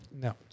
No